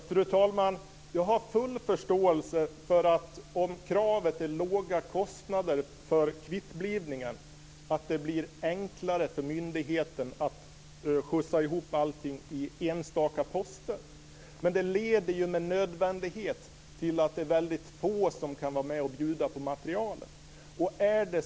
Fru talman! Om kravet är låga kostnader för kvittblivningen har jag full förståelse för att det blir enklare för myndigheten att skjutsa ihop allting i enstaka poster. Men det leder med nödvändighet till att det blir väldigt få som kan vara med och bjuda på materielen.